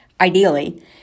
ideally